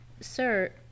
Sir